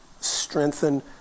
strengthen